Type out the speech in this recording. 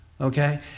Okay